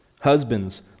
Husbands